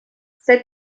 cette